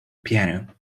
piano